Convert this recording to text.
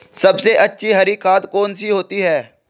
सबसे अच्छी हरी खाद कौन सी होती है?